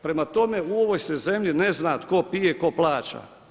Prema tome, u ovoj se zemlji ne zna tko pije a tko plaća.